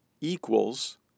equals